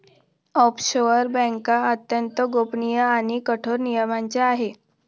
offshore बँका अत्यंत गोपनीय आणि कठोर नियमांच्या आहे